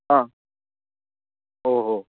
आ ओ हो